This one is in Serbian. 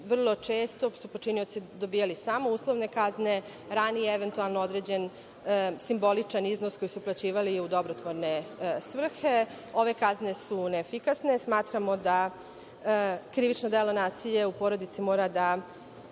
vrlo često počinioci dobijali samo uslovne kazne. Ranije određeni simbolični iznos koji su uplaćivali u dobrotvorne svrhe. Ove kazne su neefikasne. Smatramo da krivično delo nasilje u porodici mora da